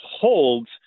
holds